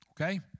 Okay